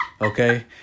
okay